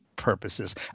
Purposes